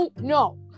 No